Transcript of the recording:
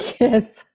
yes